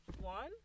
One